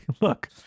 look